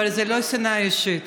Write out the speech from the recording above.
אבל זה לא שנאה אישית.